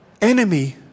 enemy